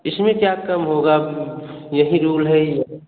इसमें क्या काम होगा यही रुल है